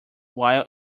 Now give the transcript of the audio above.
while